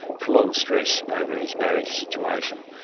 prolonged stress over his marriage situation.